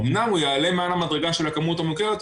אמנם הוא יעלה מעל המדרגה של הכמות המוכרת,